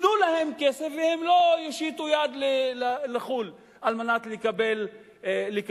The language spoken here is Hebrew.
תנו להם כסף והם לא יושיטו יד לחו"ל כדי לקבל עזרה.